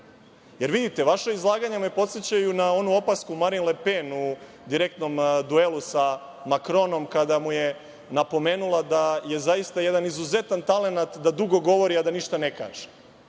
Jer, vidite, vaša izlaganja me podsećaju na onu opasku Marin le Pen u direktnom duelu sa Makronom kada mu je napomenula da je zaista jedan izuzetan talenat da dugo govori, a da ništa ne kaže.